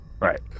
Right